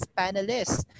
panelists